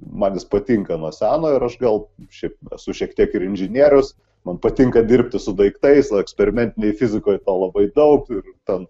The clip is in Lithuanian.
man jis patinka nuo seno ir aš gal šiaip esu šiek tiek ir inžinierius man patinka dirbti su daiktais o eksperimentinėj fizikoje to labai daug ir ten